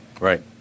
Right